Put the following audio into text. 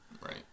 Right